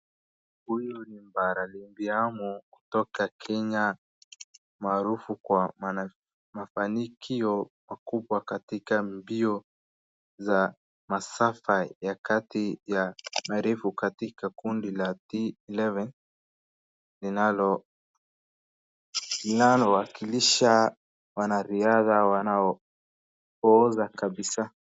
Huyu ni mparalimpia kutoka Kenya maarufu kwa mafanikio makubwa katika mbio za masafa ya kati ya marefu katika kundi la T eleven linalowakilisha wanariadha wanaoza kabisa.